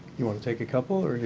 you want to take a couple?